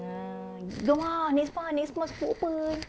ah jom ah next month next month school open